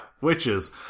witches